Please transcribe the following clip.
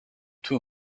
two